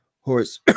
Horse